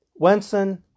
Wenson